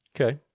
okay